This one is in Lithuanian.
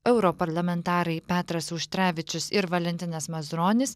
europarlamentarai petras auštrevičius ir valentinas mazuronis